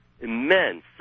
immense